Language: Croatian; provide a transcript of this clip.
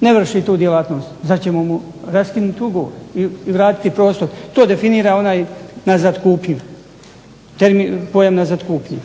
ne vrši tu djelatnost zar ćemo mu raskinuti ugovor i vratiti prostor to definira onaj nazadkupnju pojam nazadkupnje.